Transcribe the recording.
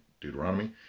Deuteronomy